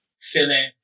feeling